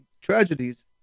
tragedies